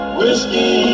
whiskey